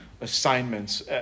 assignments